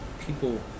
people